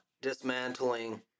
dismantling